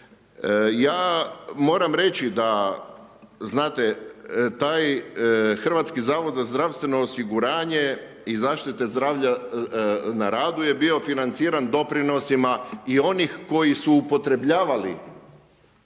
Ja moram reći, znate, taj HZZO i zaštite zdravlja na radu je bio financiran doprinosima i onih koji su upotrebljavali